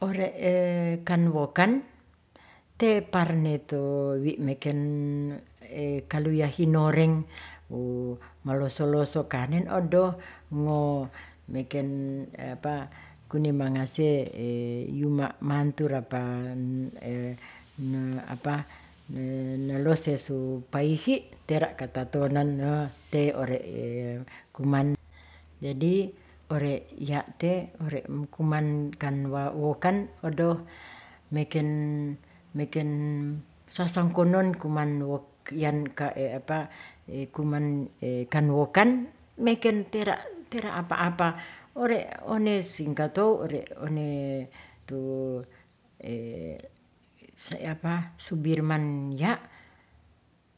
Ore'en kan wokan te parneto wi' meken kaluya hinoreng wo malosoloso kanen odoh mo meken kunimangase yuma' mantu rapa nelose su paihi' tera' katatonan te ore' kuman. Jadi ore' ya' te ore' omkuman kan wawoken odoh meken sasangkonon kuman kan woken meken tera' tera' apa apa ore' one singkatou ore' one tu sibirman ya'